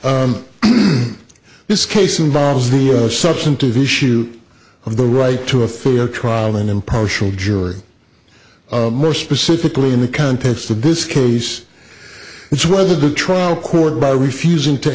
on this case involves through a substantive issue of the right to a fair trial an impartial jury most specifically in the context of this case it's whether the trial court by refusing to